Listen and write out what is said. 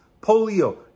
polio